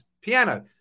piano